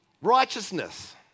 Righteousness